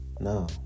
No